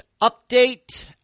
update